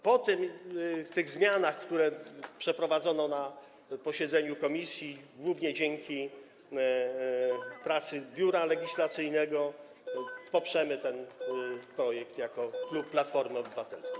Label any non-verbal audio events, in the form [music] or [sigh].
Po tych zmianach, które przeprowadzono na posiedzeniu komisji, głównie dzięki [noise] pracy Biura Legislacyjnego, poprzemy ten projekt jako klub Platformy Obywatelskiej.